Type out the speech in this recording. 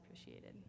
appreciated